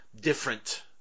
different